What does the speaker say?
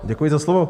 Děkuji za slovo.